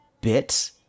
bit